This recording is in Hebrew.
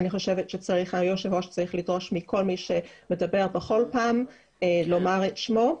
אני חושבת שהיושב ראש צריך לדרוש מכל מי שמדבר בכל פעם לומר את שמו.